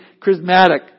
charismatic